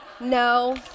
no